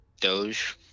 Doge